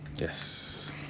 Yes